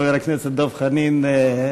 חבר הכנסת דב חנין,